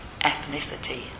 ethnicity